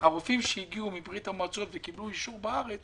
הרופאים שהגיעו מברית המועצות וקיבלו אישור בארץ